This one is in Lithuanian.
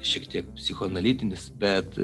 šiek tiek psichoanalitinis bet